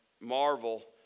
marvel